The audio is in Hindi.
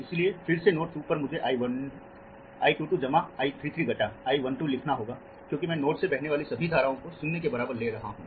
इसलिए फिर से नोड 2 पर मुझे I 22 जमा I 13 घटा I 12 लिखना होगा क्योंकि मैं नोड से बहने वाली सभी धाराओं को शून्य के बराबर ले रहा हूं